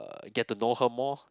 get to know her more